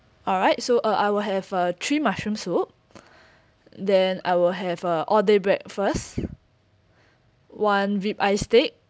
alright so uh I will have uh three mushroom soup then I will have a all day breakfast one ribeye steak